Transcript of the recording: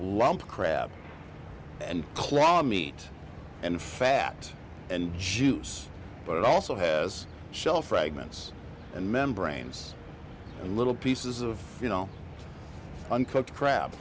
lumped crab and claw meat and fat and juice but it also has shell fragments and membranes and little pieces of you know uncooked cra